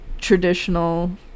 traditional